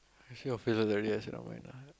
see your face like that already I say never mind lah